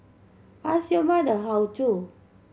ask your mother how to